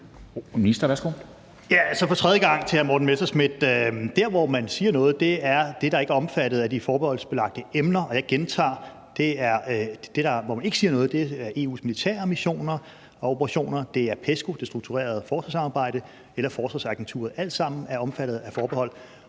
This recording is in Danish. for tredje gang til hr. Morten Messerschmidt: Der, hvor man siger noget, er i forhold til det, der ikke er omfattet af de forbeholdsbelagte emner. Og jeg gentager: Der, hvor man ikke siger noget, er i forhold til EU's militære missioner og operationer, det er PESCO, det strukturerede forsvarssamarbejde, eller forsvarsagenturet. Det er alt sammen omfattet af forbehold,